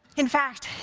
in fact,